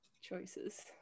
choices